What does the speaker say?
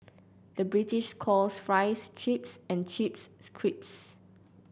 the British calls fries chips and chips crisps